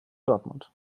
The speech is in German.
dortmund